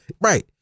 Right